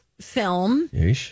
film